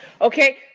Okay